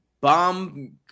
Bomb